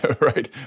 Right